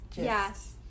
yes